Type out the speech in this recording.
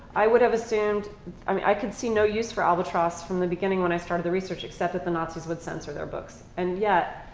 i would have assumed i mean, i could see no use for albatross from the beginning when i started the research except that the nazis would sensor their books. and yet,